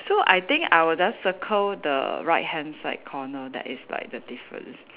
so I think I would just circle the right hand side corner that is like the difference